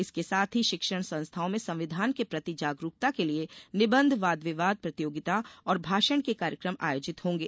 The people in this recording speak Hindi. इसके साथ ही शिक्षण संस्थाओं में संविधान के प्रति जागरूकता के लिये निबंध वाद विवाद प्रतियोगिता और भाषण के कार्यक्रम आयोजित होंगे